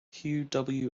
hugh